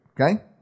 Okay